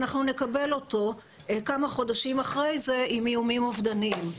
אנחנו נקבל אותו כמה חודשים אחרי זה עם איומים אובדניים.